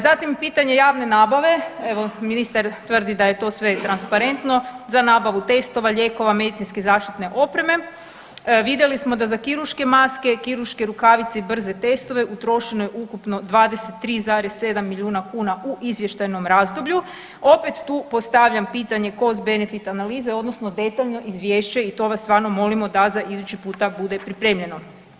Zatim, pitanje javne nabave, evo, ministar tvrdi da je to sve transparentno za nabavu testova, lijekova, medicinske zaštitne opreme vidjeli smo da za kirurške maske, kirurške rukavice i brze testove utrošeno je ukupno 23,7 milijuna kuna u izvještajnom razdoblju, opet tu postavljam pitanje costbenefit analize odnosno detaljno izvješće i to vas stvarno molimo da za iduće puta bude pripremljeno.